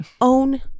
Own